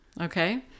Okay